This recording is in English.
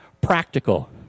practical